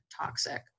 toxic